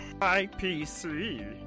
IPC